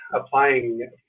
applying